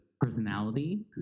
personality